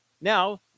now